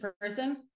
person